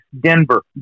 Denver